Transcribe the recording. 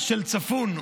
של "צפון",